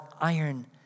iron